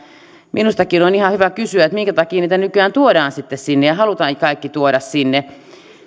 minustakin on ihan hyvä kysyä minkä takia niitä nykyään tuodaan sitten sinne ja halutaan kaikki tuoda sinne